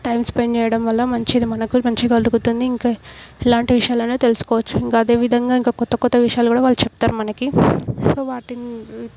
time spend చేయడం వల్ల మంచిగా మనకు మంచి కలుగుతుంది ఇంకా ఎలాంటి విషయాలైనా తెలుసుకోవచ్చు ఇంకా అదే విధంగా ఇంకా క్రొత్త క్రొత్త విషయాలు కూడా వాళ్ళు చెప్తారు మనకి సో వాటిని